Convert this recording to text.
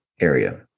area